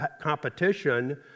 competition